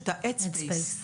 אחד הדברים שחשובים ונשכחו,